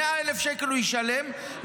100,000 שקל הוא ישלם,